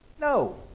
no